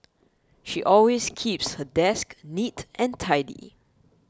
she always keeps her desk neat and tidy